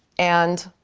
and